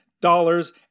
Dollars